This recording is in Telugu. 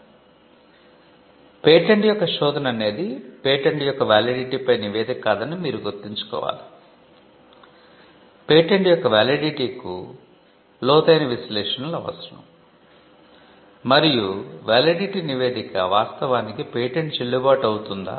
కాబట్టి పేటెంట్ యొక్క శోధన అనేది పేటెంట్ యొక్క వాలిడిటి నివేదిక చెప్తుంది